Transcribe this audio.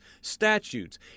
statutes